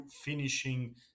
finishing